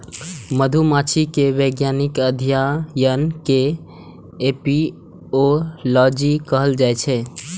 मधुमाछी के वैज्ञानिक अध्ययन कें एपिओलॉजी कहल जाइ छै